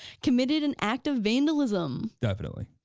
committed an act of vandalism. definitely.